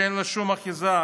שאין לה שום אחיזה.